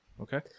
Okay